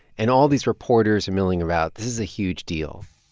and all these reporters are milling around. this is a huge deal.